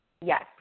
Yes